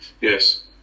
yes